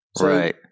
Right